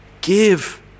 Give